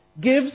gives